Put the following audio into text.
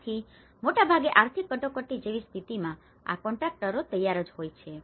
આથી મોટાભાગે આર્થિક કટોકટી જેવી સ્થિતિમાં આ કોન્ટ્રાકટરો તૈયાર જ હોય છે